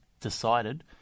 decided